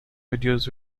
videos